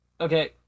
Okay